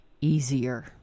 easier